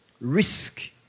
risk